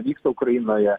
vyksta ukrainoje